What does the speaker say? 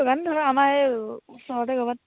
দোকান ধৰা আমাৰ এই ওচৰতে ক'বাত